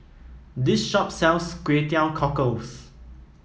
this shop sells Kway Teow Cockles